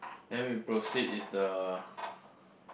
then we proceed is the